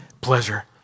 pleasure